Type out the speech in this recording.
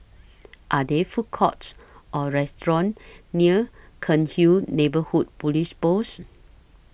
Are There Food Courts Or restaurants near Cairnhill Neighbourhood Police Post